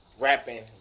Rapping